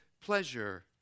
pleasure